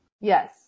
Yes